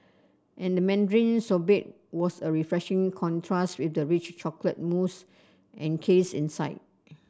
and the mandarin sorbet was a refreshing contrast with the rich chocolate mousse encased inside